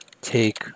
take